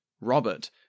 Robert